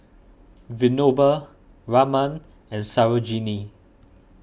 Vinoba Raman and Sarojini